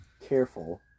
careful